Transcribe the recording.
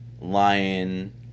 lion